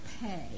pay